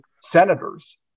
senators